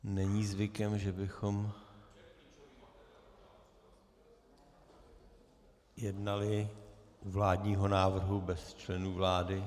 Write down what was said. Není zvykem, že bychom jednali u vládního návrhu bez členů vlády.